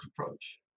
approach